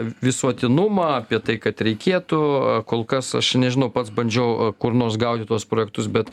visuotinumą apie tai kad reikėtų kol kas aš nežinau pats bandžiau kur nors gaudyt tuos projektus bet